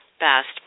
best